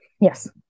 Yes